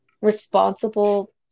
responsible